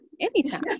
anytime